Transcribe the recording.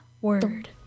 Word